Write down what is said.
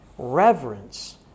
reverence